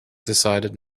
decided